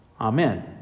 Amen